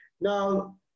Now